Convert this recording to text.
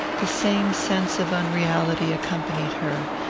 the same sense of unreality accompanied her,